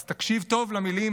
אז תקשיב טוב למילים,